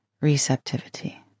receptivity